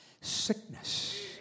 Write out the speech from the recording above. sickness